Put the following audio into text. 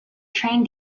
train